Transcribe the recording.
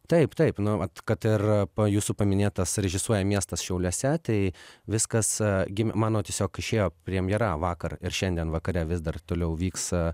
taip taip nu vat kad ir jūsų paminėtas režisuoja miestas šiauliuose tai viskas gimė mano tiesiog išėjo premjera vakar ir šiandien vakare vis dar toliau vyks